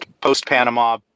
post-Panama